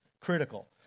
critical